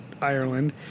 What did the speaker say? Ireland